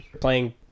playing